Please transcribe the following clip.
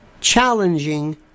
challenging